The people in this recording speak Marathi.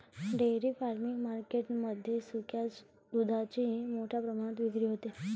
डेअरी फार्मिंग मार्केट मध्ये सुक्या दुधाची मोठ्या प्रमाणात विक्री होते